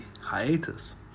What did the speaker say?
hiatus